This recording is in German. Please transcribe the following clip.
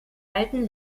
alten